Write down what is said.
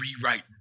rewrite